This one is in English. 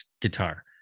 guitar